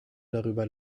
darüber